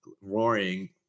roaring